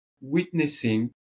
witnessing